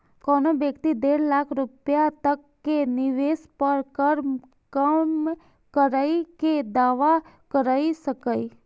कोनो व्यक्ति डेढ़ लाख रुपैया तक के निवेश पर कर कम करै के दावा कैर सकैए